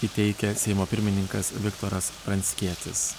įteikia seimo pirmininkas viktoras pranckietis